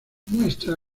muestra